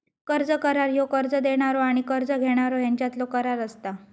कर्ज करार ह्यो कर्ज देणारो आणि कर्ज घेणारो ह्यांच्यातलो करार असता